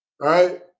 right